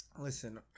listen